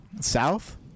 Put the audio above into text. South